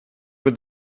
with